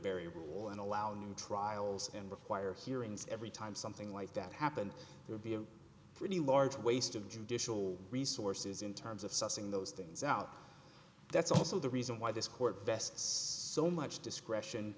war and allow trials and require hearings every time something like that happened there be a pretty large waste of judicial resources in terms of sussing those things out that's also the reason why this court vests so much discretion